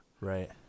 Right